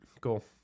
cool